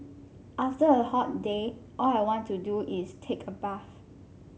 after a hot day all I want to do is take a bath